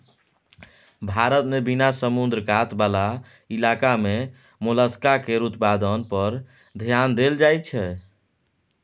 भारत मे बिना समुद्र कात बला इलाका मे मोलस्का केर उत्पादन पर धेआन देल जाइत छै